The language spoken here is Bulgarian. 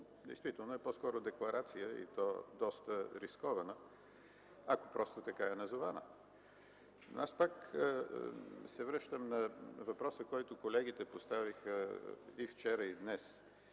действително е по-скоро декларация и то доста рискована, ако така е назована. Аз пак се връщам на въпроса, който колегите поставиха и вчера, и днес.